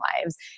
lives